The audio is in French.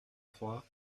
trois